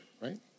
right